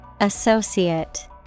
Associate